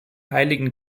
heiligen